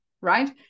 right